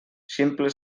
ximple